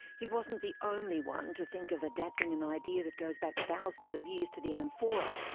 he wasn't the only one to think of adapting an idea that goes back thousands of years to the amphora,